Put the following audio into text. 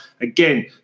Again